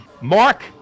Mark